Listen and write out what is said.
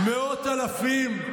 מאות אלפים,